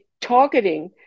targeting